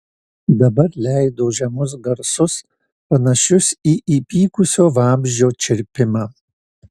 dabar leido žemus garsus panašius į įpykusio vabzdžio čirpimą